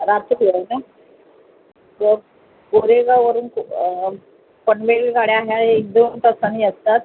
रात्री आहे ना गो गोरेगाववरून पनवेल गाड्या ह्या एक दोन तासाने असतात